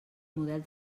model